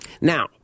now